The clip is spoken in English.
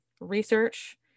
research